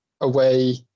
away